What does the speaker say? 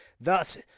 thus